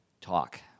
talk